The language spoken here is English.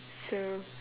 so